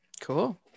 Cool